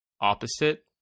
Opposite